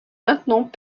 maintenant